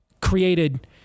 created